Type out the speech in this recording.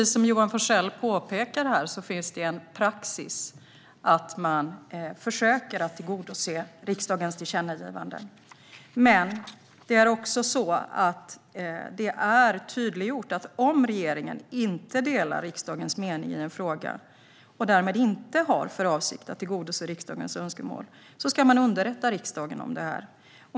Som Johan Forssell påpekar här finns det en praxis att man försöker tillgodose riksdagens tillkännagivanden, men det är också tydliggjort att om regeringen inte delar riksdagens mening i en fråga och därmed inte har för avsikt att tillgodose riksdagens önskemål ska man underrätta riksdagen om det.